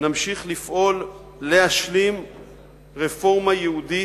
אנחנו נמשיך לפעול להשלים רפורמה ייעודית,